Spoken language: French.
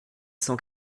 cent